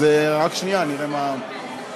אז רק שנייה, נראה מה,